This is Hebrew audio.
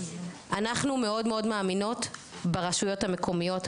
אנחנו מאוד מאוד מאמינות ברשויות המקומיות,